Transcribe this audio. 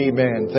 Amen